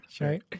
Right